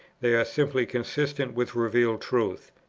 they are simply consistent with revealed truth.